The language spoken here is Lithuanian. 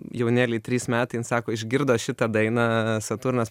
jaunėlei trys metai jin sako išgirdo šitą dainą saturnas